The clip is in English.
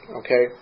okay